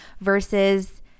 versus